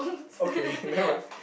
okay never mind